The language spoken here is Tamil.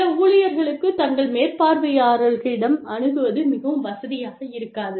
சில ஊழியர்களுக்கு தங்கள் மேற்பார்வையாளர்களிடம் அணுகுவது மிகவும் வசதியாக இருக்காது